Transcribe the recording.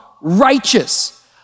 righteous